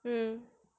mm